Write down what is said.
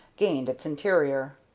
gained its interior.